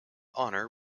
honor